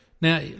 Now